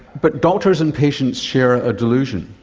but doctors and patients share a delusion,